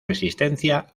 resistencia